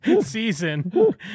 season